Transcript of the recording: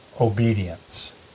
obedience